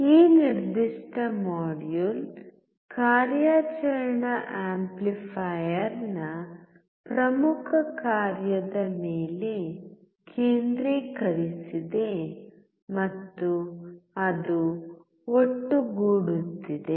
ಈ ನಿರ್ದಿಷ್ಟ ಮಾಡ್ಯೂಲ್ ಕಾರ್ಯಾಚರಣಾ ಆಂಪ್ಲಿಫೈಯರ್ನ ಪ್ರಮುಖ ಕಾರ್ಯದ ಮೇಲೆ ಕೇಂದ್ರೀಕರಿಸಿದೆ ಮತ್ತು ಅದು ಒಟ್ಟುಗೂಡುತ್ತಿದೆ